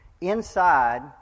Inside